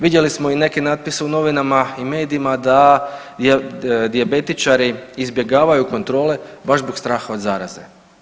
Vidjeli smo i neke natpise u novinama i medijima da dijabetičari izbjegavaju kontrole baš zbog straha od zaraze.